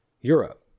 Europe